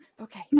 Okay